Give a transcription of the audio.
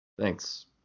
Thanks